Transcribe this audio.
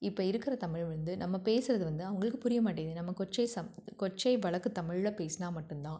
இப்போ இருக்கிற தமிழ் வந்து நம்ம பேசறது வந்து அவங்களுக்குப் புரிய மாட்டேங்குது நம்ம கொச்சை ச கொச்சை வழக்கு தமிழில் பேசினால் மட்டுந்தான்